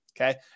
okay